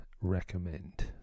recommend